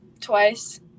twice